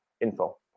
info